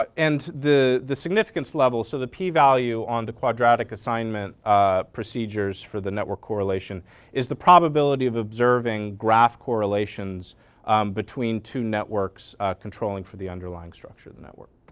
ah and the the significance level so the p value on the quadratic assignment procedures for the network correlation is the probability of observing graph correlations between two networks controlling for the underlying structure of the network.